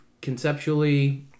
conceptually